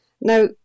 Now